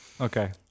Okay